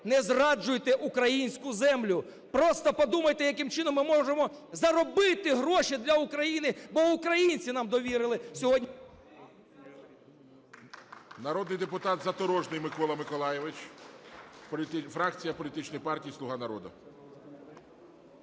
не зраджуйте українську землю. Просто подумайте, яким чином ми можемо заробити гроші для України, бо українці нам довірили сьогодні… ГОЛОВУЮЧИЙ. Народний депутат Задорожній Микола Миколайович, фракція політичної партії "Слуга народу".